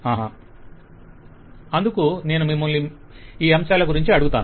vendor అందుకు నేను మిమ్మల్ని ఈ అంశాల గురించి అడుగుతాను